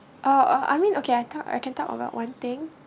oh I mean okay I talk I can talk about one thing